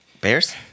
Bears